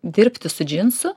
dirbti su džinsu